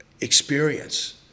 experience